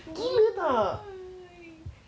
ooo